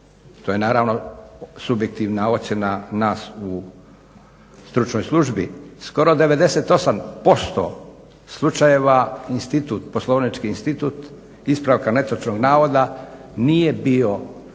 To je naravno subjektivna ocjena nas u stručnoj službi skoro 98% slučajeva institut, poslovnički institut ispravka netočnog navoda nije bio